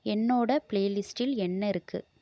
என்னோட பிளே லிஸ்ட்டில் என்ன இருக்கு